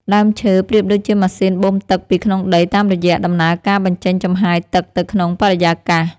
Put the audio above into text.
ដើមឈើប្រៀបដូចជាម៉ាស៊ីនបូមទឹកពីក្នុងដីតាមរយៈដំណើរការបញ្ចេញចំហាយទឹកទៅក្នុងបរិយាកាស។